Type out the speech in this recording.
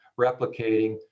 replicating